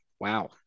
Wow